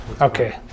Okay